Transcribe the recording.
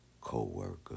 co-worker